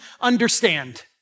understand